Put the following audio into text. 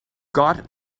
got